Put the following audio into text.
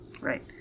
Right